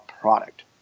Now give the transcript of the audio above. product